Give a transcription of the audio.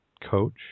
coach